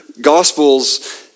Gospels